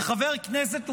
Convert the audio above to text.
כחבר כנסת וכשר,